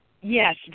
Yes